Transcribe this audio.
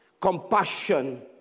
Compassion